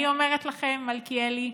אני אומרת לכם, מלכיאלי,